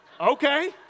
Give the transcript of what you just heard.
okay